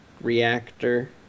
reactor